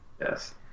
Yes